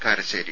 Karassery